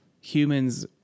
humans